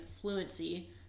fluency